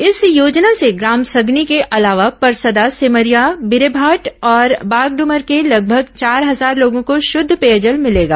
इस योजना से ग्राम सगनी के अलावा परसदा सेमरिया बिरेमाट और बागडूमर के लगभग चार हजार लोगों को शुद्ध पेयजल मिलेगा